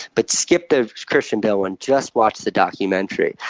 but skip the christian bale one. just watch the documentary.